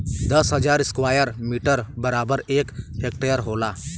दस हजार square metre बराबर एक हेक्टेयर होला